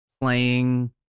playing